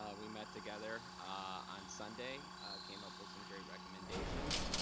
ah we met together on sunday came up with some great recommendations.